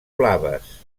blaves